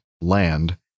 land